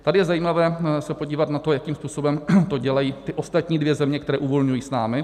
Tady je zajímavé se podívat na to, jakým způsobem to dělají ty ostatní dvě země, které uvolňují s námi.